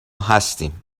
هستیم